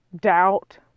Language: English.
doubt